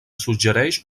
suggereix